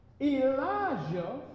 Elijah